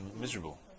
miserable